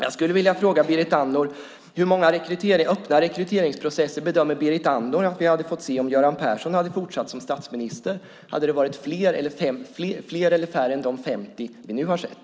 Jag skulle vilja fråga Berit Andnor hur många öppna rekryteringsprocesser Berit Andnor bedömer att vi hade fått se om Göran Persson hade fortsatt som statsminister. Hade det varit fler eller färre än de 50 vi nu har sett?